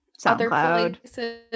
SoundCloud